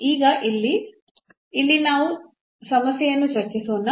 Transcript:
ಈಗ ಇಲ್ಲಿ ಸಮಸ್ಯೆಯನ್ನು ಚರ್ಚಿಸೋಣ